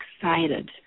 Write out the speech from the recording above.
excited